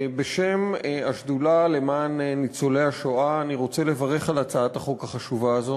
בשם השדולה למען ניצולי השואה אני רוצה לברך על הצעת החוק החשובה הזאת.